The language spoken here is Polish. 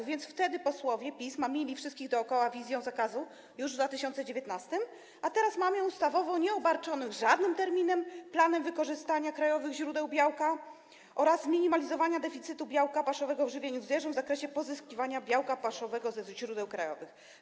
A więc wtedy posłowie PiS mamili wszystkich dookoła wizją wprowadzenia zakazu już w 2019 r., a teraz mamią ustawowo nieobarczonym żadnym terminem planem wykorzystania krajowych źródeł białka oraz zminimalizowania deficytu białka paszowego w żywieniu zwierząt w zakresie pozyskiwania białka paszowego ze źródeł krajowych.